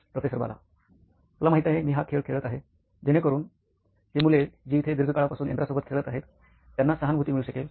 professor Bala तुला माहित आहे मी हा खेळ खेळत आहे जेणेकरून ही मुले जि इथे दीर्घकाळापासून यंत्रासोबत खेळत आहेत त्यांना सहानुभूती मिळू शकेल